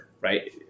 right